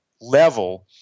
level